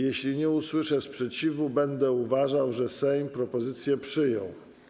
Jeśli nie usłyszę sprzeciwu, będę uważał, że Sejm propozycje przyjął.